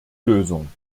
lösung